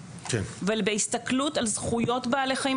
אבל בהסתכלות על זכויות בעלי חיים,